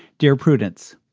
dear prudence,